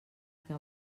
que